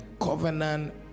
covenant